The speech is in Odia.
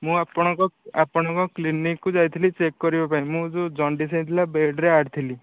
ମୁଁ ଆପଣଙ୍କ ଆପଣଙ୍କ କ୍ଲିନିକ କୁ ଯାଇଥିଲି ଚେକ କରିବାପାଇଁ ମୁଁ ଯେଉଁ ଜଣ୍ଡିସ ହୋଇଥିଲା ବେଡ଼ ରେ ଆଡ଼୍ ଥିଲି